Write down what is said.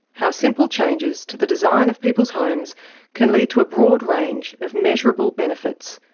how simple changes to the design of people's homes can lead to a broad range of measurable benefits,